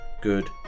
Good